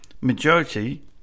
majority